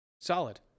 solid